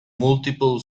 multiple